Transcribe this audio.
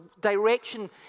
direction